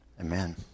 Amen